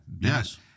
Yes